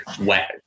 wet